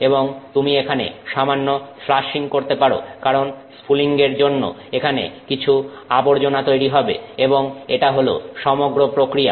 এবং তুমি এখানে সামান্য ফ্লাশিং করতে পারো কারণ স্ফুলিঙ্গের জন্য এখানে কিছু আবর্জনা তৈরি হবে এবং এটা হলো সমগ্র প্রক্রিয়া